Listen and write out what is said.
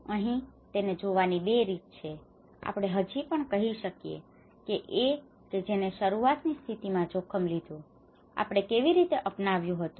અહીં તેને જોવાની 2 રીત છે આપણે હજી પણ કહી શકીએ કે A કે જેને શરૂઆતની સ્થિતિ માં જોખમ લીધું છે આપણે કેવી રીતે આપનાવ્યું હતું